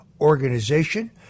organization